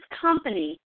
company